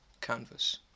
canvas